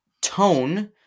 tone